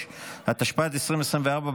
43)